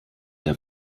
der